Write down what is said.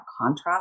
contrast